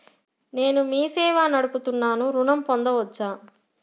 నేను మీ సేవా నడుపుతున్నాను ఋణం పొందవచ్చా?